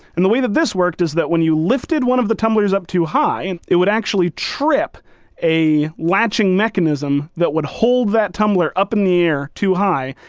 and the way that this worked is that when you lifted one of the tumblers up too high, it would actually trip a latching mechanism that would hold that tumbler up in the air too high,